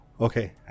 Okay